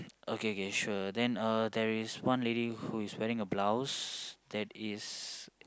okay okay sure then uh there is one lady who is wearing a blouse that is